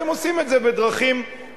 אז הם עושים את זה בדרכים עוקפות.